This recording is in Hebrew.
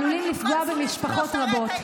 עלולים לפגוע במשפחות רבות,